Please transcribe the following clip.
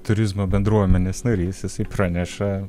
turizmo bendruomenės narys jisai praneša